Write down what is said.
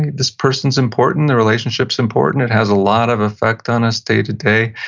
this person's important, the relationship's important, it has a lot of effect on us day to day,